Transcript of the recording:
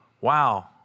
wow